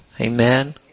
Amen